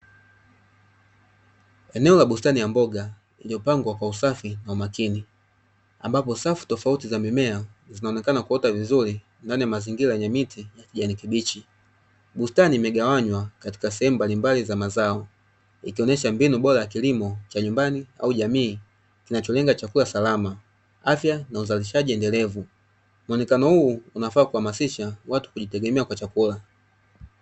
Eneo la bustani ya mboga iliyopangwa kwa usafi na umakini, ambapo safu tofauti za mimea zinaonekana kuota vizuri ndani ya mazingira yenye miti ya kijani kibichi. Bustani imegawanywa katika sehemu mbalimbali za mazao; ikionyesha mbinu bora za kilimo cha nyumbani au jamii kinacholenga chakula salama, afya na uzalishaji endelevu. Muonekano huu unafaa kuhamasisha watu kujitegemea kwa chakula.